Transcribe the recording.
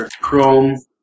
Chrome